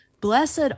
blessed